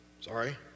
Sorry